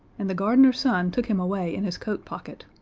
and the gardener's son took him away in his coat pocket.